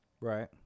Right